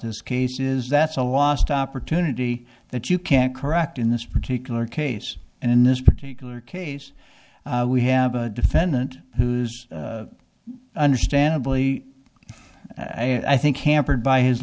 case is that's a lost opportunity that you can't correct in this particular case and in this particular case we have a defendant who's understandably i think hampered by his